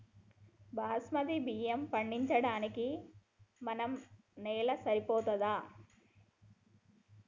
బాస్మతి బియ్యం పండించడానికి మన నేల సరిపోతదా?